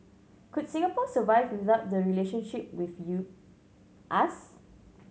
could Singapore survive without the relationship with you us